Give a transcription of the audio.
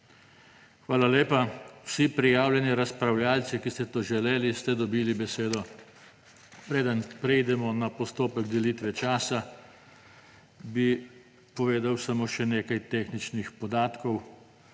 Hvala lepa. Vsi prijavljeni razpravljavci, ki ste to želeli, ste dobili besedo. Preden preidemo na postopek delitve časa, bi povedal samo še nekaj tehničnih podatkov.